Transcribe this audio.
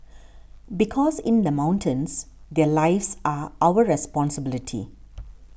because in the mountains their lives are our responsibility